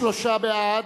33 בעד,